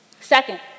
Second